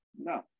No